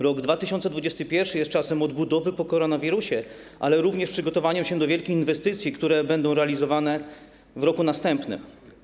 Rok 2021 jest czasem odbudowy po koronawirusie, ale również przygotowania się do wielkich inwestycji, które będą realizowane w roku następnym.